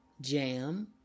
Jam